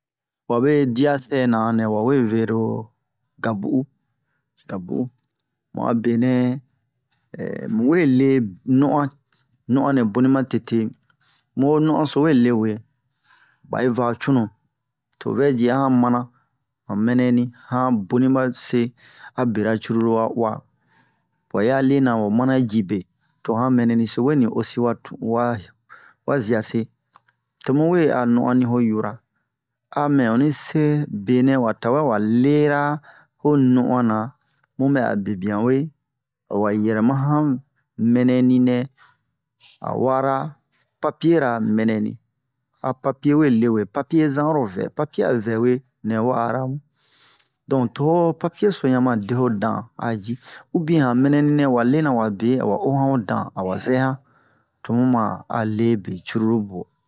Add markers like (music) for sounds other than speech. wabe dia sɛna nɛ wa we vero gabu'u gabu'u mu'a benɛ (hesitation) muwe le no'on no'onɛ boni ma tete mu ho no'on so we le uwe ba yi va cunu o vɛji a han mana han mɛnɛni han boni ba se a bera cruru a uwa ba yi a lena ho mana jibe to han lɛnɛni so we osi wa tu wa wa ziase tomu we a no'oni ho yura a mɛ onni se benɛ wa tawɛ awa lera ho no'ona mu bɛ'a bebian uwe a wa yɛrɛma han mɛnɛni nɛ a wara papiera mɛnɛni a papie we le uwe papie zan oro vɛwe nɛ wa'ara mu don to ho papie so han ma de ho dan a ji ubien han mɛnɛni nɛ wa lena wa be awa de han ho dan awa zɛ'an tomu ma a le be cruru o